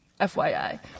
FYI